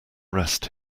rest